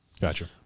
Gotcha